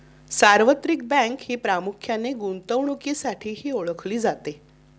सार्वत्रिक बँक ही प्रामुख्याने गुंतवणुकीसाठीही ओळखली जाते